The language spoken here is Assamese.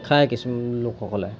খাই কিছু লোকসকলে